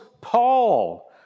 Paul